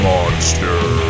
Monster